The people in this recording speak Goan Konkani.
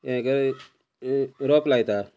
हे कर रोप लायता